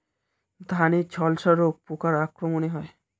ধানের ঝলসা রোগ পোকার আক্রমণে হয়?